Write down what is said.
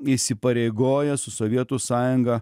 įsipareigoja su sovietų sąjunga